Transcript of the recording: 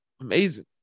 amazing